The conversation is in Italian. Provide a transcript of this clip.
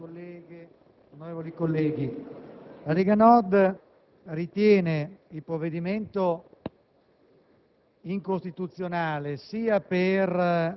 Signor Presidente, onorevoli colleghe, onorevoli colleghi, la Lega Nord ritiene il provvedimento